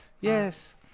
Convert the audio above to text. yes